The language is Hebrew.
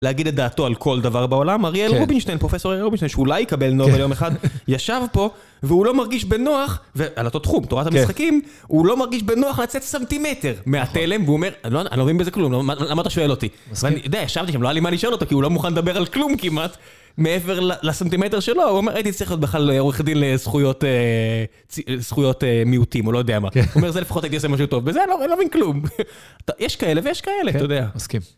להגיד את דעתו על כל דבר בעולם. אריאל רובינשטיין, פרופסור אריאל רובינשטיין, שאולי יקבל נובל יום אחד, ישב פה, והוא לא מרגיש בנוח, ועל אותו תחום, תורת המשחקים, הוא לא מרגיש בנוח לצאת סמטימטר מהטלם, והוא אומר, אני לא מבין בזה כלום, למה אתה שואל אותי? ואני יודע, ישבתי שם, לא היה לי מה לשאול אותו, כי הוא לא מוכן לדבר על כלום כמעט, מעבר לסמטימטר שלו. הוא אומר, הייתי צריך עוד בכלל עורך דין לזכויות מיעוטים, הוא לא יודע מה. הוא אומר, זה לפחות הכסף עושה טוב, וזה, אני לא מבין כלום. יש כאלה ויש כאלה, אתה יודע. אסכים.